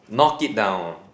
knock it down